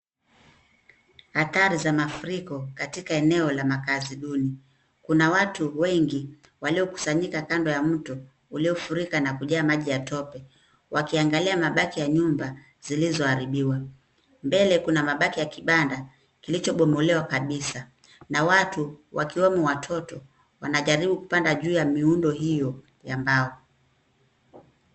Athari za mafuriko katika eneo la makaazi duni. Kuna watu wengi waliokusanyika kando ya mto uliofurika na kujaa maji ya tope wakiangalia mabaki ya nyumba zilizoharibiwa. Mbele kuna mabaki ya kibanda kilichobomolewa kabisa na watu wakiwemo watoto wanajaribu kupanda juu ya miundo hiyo ya mbao.